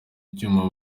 icyuma